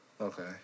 okay